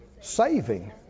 Saving